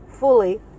fully